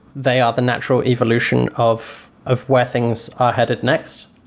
they are the natural evolution of of where things are headed next.